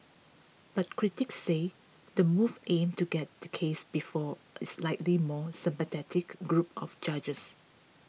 but critics said the move aimed to get the case before a likely more sympathetic group of judges